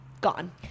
gone